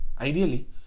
Ideally